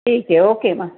ठीक आहे ओके मग